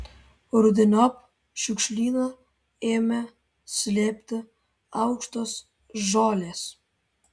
rudeniop šiukšlyną ėmė slėpti aukštos žolės